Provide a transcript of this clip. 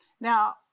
Now